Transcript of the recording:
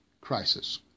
crisis